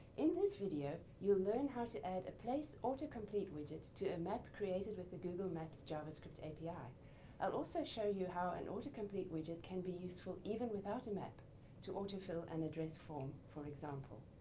in this video you will learn how to add a place autocomplete widget to a map created with the google maps javascript api. i'll also show you how an autocompete widget can be useful even without a map to auto-fill an address form for example.